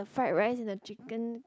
fried rice in the chicken